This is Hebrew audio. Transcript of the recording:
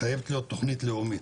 שחייבת להיות תוכנית לאומית.